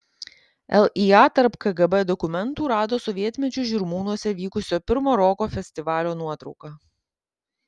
lya tarp kgb dokumentų rado sovietmečiu žirmūnuose vykusio pirmo roko festivalio nuotrauką